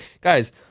Guys